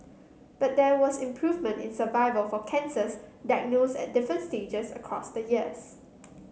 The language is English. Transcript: but there was improvement in survival for cancers diagnosed at different stages across the years